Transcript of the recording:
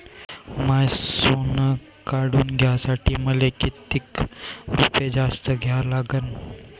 माय सोनं काढून घ्यासाठी मले कितीक रुपये जास्त द्या लागन?